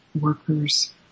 workers